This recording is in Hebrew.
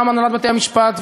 גם הנהלת בתי-המשפט,